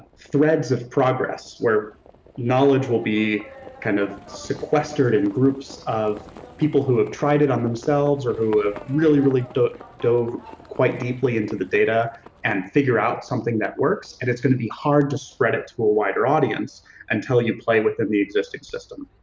threads of progress where knowledge will be kind of sequestered in groups of people who have tried it on themselves or who have really, really dove quite deeply into the data and figured out something that works, and it's gonna be hard to spread it to a wider audience until you play within the existing system.